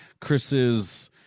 Chris's